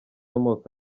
amoko